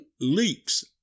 Leaks